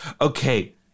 okay